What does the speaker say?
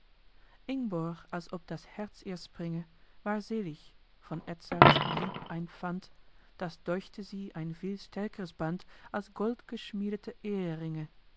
ingborg als ob das herz ihr springe war selig von edzards lieb ein pfand das däuchte sie ein viel stärkeres band als goldgeschmiedete